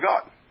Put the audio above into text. God